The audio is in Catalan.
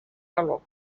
calor